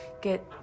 get